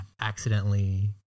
accidentally